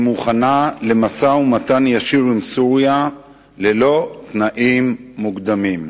מוכנה למשא-ומתן ישיר עם סוריה ללא תנאים מוקדמים.